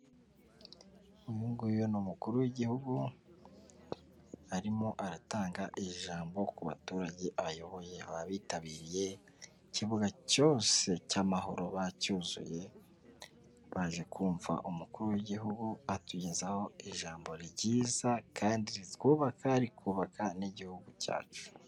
Uyu nguyu ni umukuru w'igihugu, arimo aratanga ijambo ku baturage ayoboye, bitabiriye ikibuga cyose cy'amahoro bacyuzuye, baje kumva umukuru w'igihugu atugezaho ijambo ryiza kandi ritwubaka rikubaka n'igihugu cyacu.